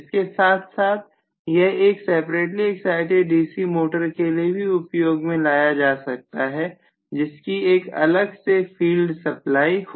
इसके साथ साथ यह एक सेपरेटली एक्साइटिड डीसी मोटर के लिए भी उपयोग में लाया जा सकता है जिसकी एक अलग से फील्ड सप्लाई है